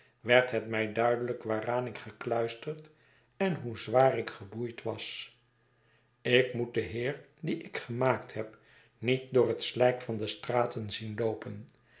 werd het mij duidelijk waaraan ik gekluisterd en hoe zwaar ik geboeid was ik moet den heer dien ik gemaakt heb niet door het slijk van de straten zien loopen